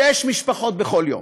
שש משפחות בכל יום.